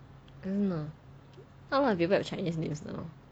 I don't know not a lot people have chinese names now